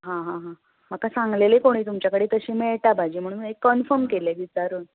आ हा हा म्हाका सांगलेंलें कोणी तुमच्या कडेन तशी मेळटा भाजी म्हुणून एक कनफम केलें विचारून